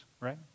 right